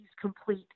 complete